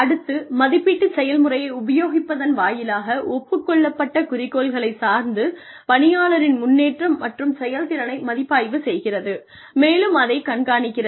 அடுத்து மதிப்பீட்டுச் செயல்முறையை உபயோகிப்பதன் வாயிலாக ஒப்புக்கொள்ளப்பட்ட குறிக்கோள்களைச் சார்ந்து பணியாளரின் முன்னேற்றம் மற்றும் செயல்திறனை மதிப்பாய்வு செய்கிறது மேலும் அதைக் கண்காணிக்கிறது